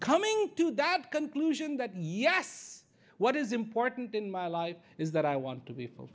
coming to that conclusion that yes what is important in my life is that i want to be f